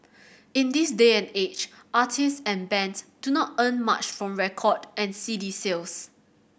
in this day and age artists and bands do not earn much from record and CD sales